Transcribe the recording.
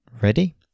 Ready